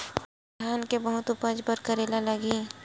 धान के बहुत उपज बर का करेला लगही?